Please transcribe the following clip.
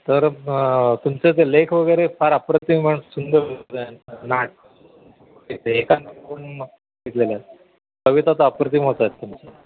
तर तुमचं ते लेख वगैरे फार अप्रतिम आणि सुंदर नाट एका कविता तर अप्रतिम होत आहेत तुम